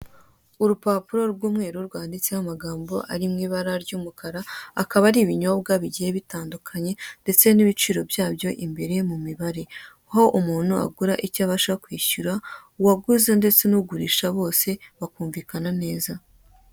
Urupapuro rw'umweru rwanditseho amagambo ari mwibara ry'umukara akaba ari ibinyobwa bigiye bitandukanye ndetse nibiciro byabyo imbere mumibare, aho umuntu agura icyo abasha kwishyura, uwaguze ndetse nugurisha bose bakumvikana neza.